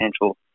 potential